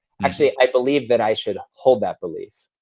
actually, i believe that i should uphold that belief